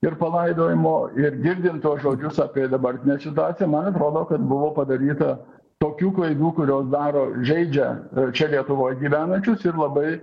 ir palaidojimo ir girdint tuos žodžius apie dabartinę situaciją man atrodo kad buvo padaryta tokių klaidų kurios daro žeidžia ir čia lietuvoj gyvenančius ir labai